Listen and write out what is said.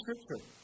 scripture